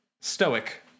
stoic